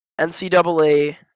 NCAA